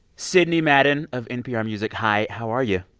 sidney madden of npr music, hi. how are you?